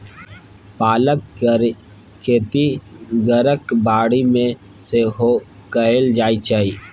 पालक केर खेती घरक बाड़ी मे सेहो कएल जाइ छै